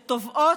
שתובעות,